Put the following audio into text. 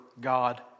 God